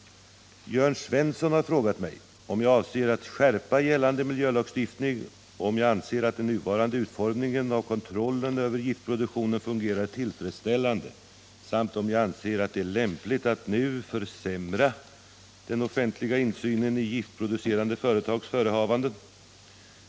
Jörn Svensson har frågat mig om jag avser att skärpa gällande miljölagstiftning och om jag anser att den nuvarande utformningen av kontrollen över giftproduktionen fungerar tillfredsställande samt om jag anser att det är lämpligt att nu försämra den offentliga insynen i giftproducerande företags förehavande.